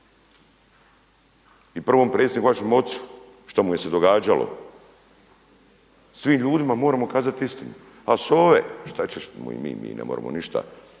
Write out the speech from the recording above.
i prvom predsjedniku vašem ocu šta mu je se događalo. Svim ljudima moramo kazat istinu. A sove, šta ćemo im mi, mi im ne moremo ništa,